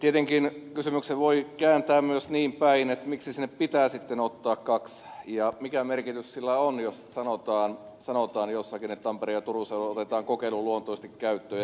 tietenkin kysymyksen voi kääntää myös niinpäin miksi sinne pitää sitten ottaa kaksi ja mikä merkitys sillä on jos sanotaan jossakin että tampereen ja turun seuduilla otetaan kokeiluluontoisesti käyttöön ja niin edelleen